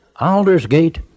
Aldersgate